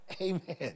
amen